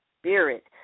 spirit